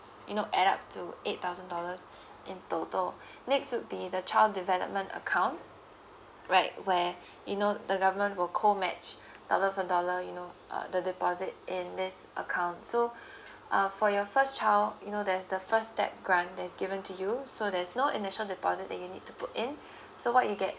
you know add up to eight thousand dollars in total next would be the child development account right where you know the government will co match dollar for dollar you know uh the deposit in this account so uh for your first child you know there's the first step grant is given to you so there's no initial deposit that you need to put in so what you get